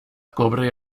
cobre